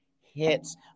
hits –